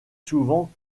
souvent